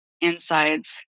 insides